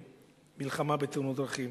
המלחמה בתאונות הדרכים.